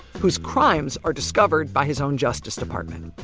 whose crimes are discovered by his own justice department,